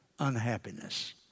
unhappiness